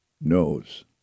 knows